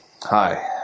Hi